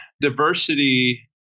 diversity